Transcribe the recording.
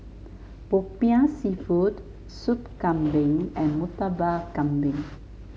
popiah seafood Soup Kambing and Murtabak Kambing